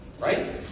right